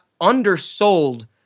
undersold